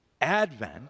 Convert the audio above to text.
Advent